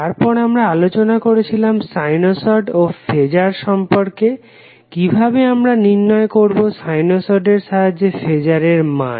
তারপর আমরা আলোচনা করেছিলাম সাইনোসড ও ফেজার সম্পর্কে কিভাবে আমরা নির্ণয় করবো সাইনোসডের সাহায্যে ফেজারের মান